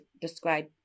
describe